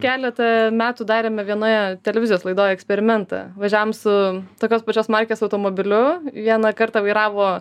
keleta metų darėme vienoje televizijos laidoj eksperimentą važiavom su tokios pačios markės automobiliu vieną kartą vairavo